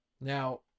Now